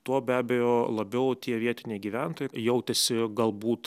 tuo be abejo labiau tie vietiniai gyventojai jautėsi galbūt